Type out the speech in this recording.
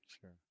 sure